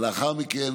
אבל לאחר מכן